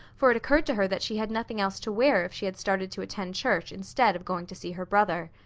for it occurred to her that she had nothing else to wear if she had started to attend church instead of going to see her brother.